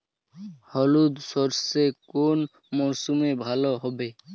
হলুদ সর্ষে কোন মরশুমে ভালো হবে?